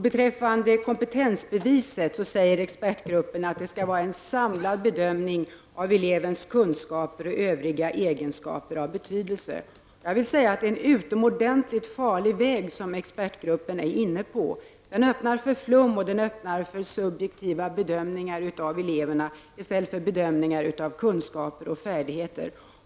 Beträffande kompetensbeviset säger expertgruppen att det skall vara en samlad bedömning av elevens kunskaper och övriga egenskaper av betydelse. Det är en utomordentligt farlig väg som expertgruppen är inne på. Den öppnar för flum och för subjektiva bedömningar av eleverna i stället för bedömningar av kunskaper och färdigheter.